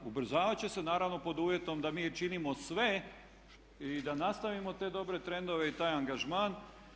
Ubrzavat će se naravno pod uvjetom da mi činimo sve i da nastavimo te dobre trendove i taj angažman.